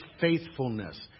faithfulness